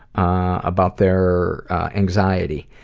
about their anxiety,